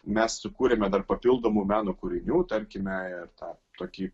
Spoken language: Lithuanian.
mes sukūrėme dar papildomų meno kūrinių tarkime ir tą tokį